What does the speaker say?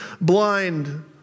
blind